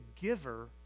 giver